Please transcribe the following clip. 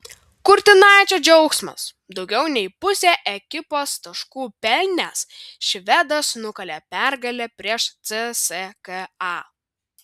kurtinaičio džiaugsmas daugiau nei pusę ekipos taškų pelnęs švedas nukalė pergalę prieš cska